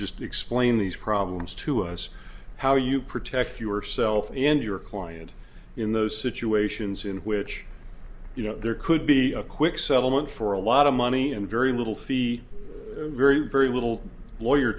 just explain these problems to us how you protect yourself and your client in those situations in which you know there could be a quick settlement for a lot of money and very little fee very very little lawyer